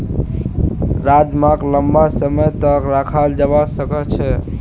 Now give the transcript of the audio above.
राजमाक लंबा समय तक रखाल जवा सकअ छे